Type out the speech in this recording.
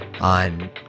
on